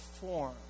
form